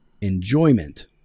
enjoyment